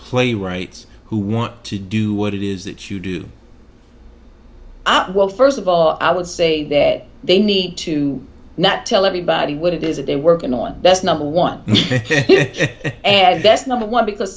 playwrights who want to do what it is that you do at work first of all i would say there they need to not tell everybody what it is that they're working on that's number one area best number one because